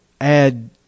add